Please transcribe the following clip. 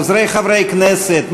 עוזרי חברי כנסת,